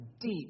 deep